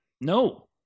no